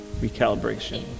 recalibration